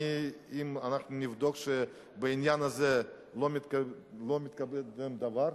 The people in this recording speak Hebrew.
אם אנחנו נבדוק ונראה שבעניין הזה לא מתקדם דבר,